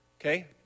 Okay